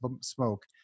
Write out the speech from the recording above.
smoke